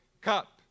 cup